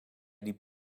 die